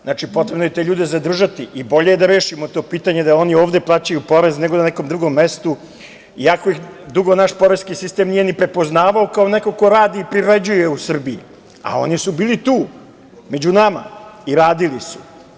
Znači, potrebno je te ljude zadržati i bolje je da rešimo to pitanje i da oni ovde plaćaju porez, nego na nekom drugom mestu, iako ih dugo naš poreski sistem nije prepoznavao kao nekog ko radi i privređuje u Srbiji, a oni su bili tu, među nama i radili su.